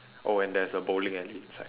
oh and there's a bowling alley inside